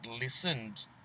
listened